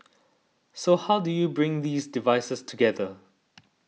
so how do you bring these devices together